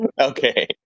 Okay